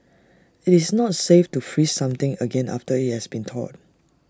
it's not safe to freeze something again after IT has been thawed